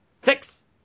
six